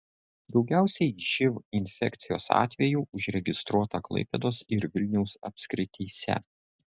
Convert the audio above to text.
daugiausiai živ infekcijos atvejų užregistruota klaipėdos ir vilniaus apskrityse